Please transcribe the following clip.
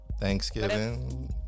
Thanksgiving